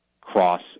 cross